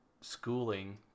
schooling